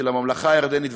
של הממלכה הירדנית.